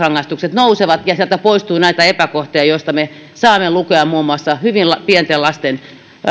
rangaistukset nousevat ja sieltä poistuu näitä epäkohtia joista me saamme lukea muun muassa hyvin pienten lasten